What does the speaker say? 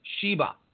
Sheba